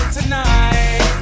tonight